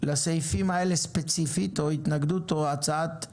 לסעיפים האלה ספציפית או התנגדות או הצעת תיקון,